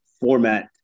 format